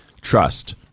trust